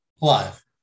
Live